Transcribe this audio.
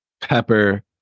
pepper